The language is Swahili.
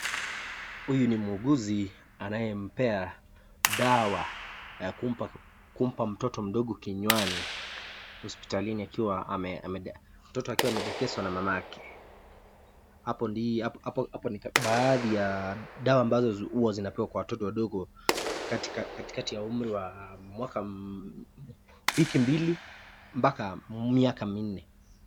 Huyu ni muuguzi anayempea dawa ya kumpa mtoto mdogo kinywani hospitalini akiwa, mtoto akiwa amedekezwa na mama yake. Hapo ni baadhi ya dawa ambazo huwa zinapewa kwa watoto wadogo katikati wa umri wa wiki mbili mpaka miaka minne.